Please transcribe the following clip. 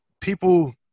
people